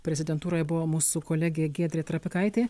prezidentūroje buvo mūsų kolegė giedrė trapikaitė